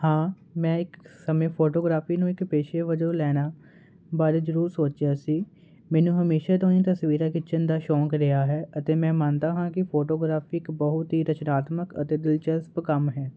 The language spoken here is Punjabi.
ਹਾਂ ਮੈਂ ਇੱਕ ਸਮੇਂ ਫੋਟੋਗ੍ਰਾਫੀ ਨੂੰ ਇੱਕ ਪੇਸ਼ੇ ਵਜੋਂ ਲੈਣਾ ਬਾਰੇ ਜਰੂਰ ਸੋਚਿਆ ਸੀ ਮੈਨੂੰ ਹਮੇਸ਼ਾ ਤੋਂ ਹੀ ਤਸਵੀਰਾਂ ਖਿੱਚਣ ਦਾ ਸ਼ੌਂਕ ਰਿਹਾ ਹੈ ਅਤੇ ਮੈਂ ਮੰਨਦਾ ਹਾਂ ਕਿ ਫੋਟੋਗ੍ਰਾਫੀ ਇੱਕ ਬਹੁਤ ਹੀ ਰਚਨਾਤਮਕ ਅਤੇ ਦਿਲਚਸਪ ਕੰਮ ਹੈ